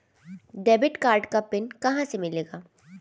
Debit card का PIN कहां से मिलेगा?